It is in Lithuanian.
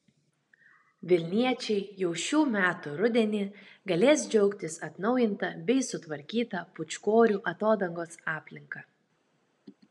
vilniečiai jau šių metų rudenį galės džiaugtis atnaujinta bei sutvarkyta pūčkorių atodangos aplinka